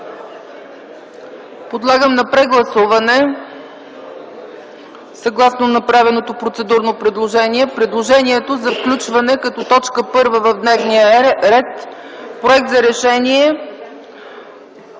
Подлагам на прегласуване, съгласно направеното процедурно предложение, предложението за включване като т. 1 в дневния ред – проект за Решение